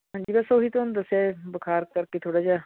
ਹਾਂਜੀ ਬਸ ਉਹੀ ਤੁਹਾਨੂੰ ਦੱਸਿਆ ਬੁਖਾਰ ਕਰਕੇ ਥੋੜ੍ਹਾ ਜਿਹਾ